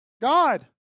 God